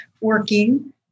working